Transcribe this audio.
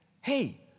hey